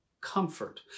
comfort